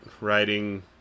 writing